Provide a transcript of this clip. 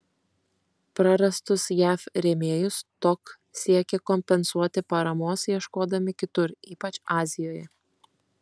prarastus jav rėmėjus tok siekė kompensuoti paramos ieškodami kitur ypač azijoje